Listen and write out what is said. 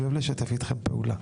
אני אוהב לשתף אתכם פעולה.